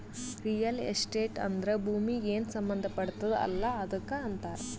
real estate ಅಂದ್ರ ಭೂಮೀಗಿ ಏನ್ ಸಂಬಂಧ ಪಡ್ತುದ್ ಅಲ್ಲಾ ಅದಕ್ ಅಂತಾರ್